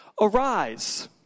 Arise